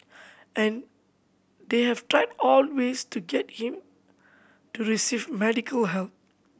and they have tried all ways to get him to receive medical help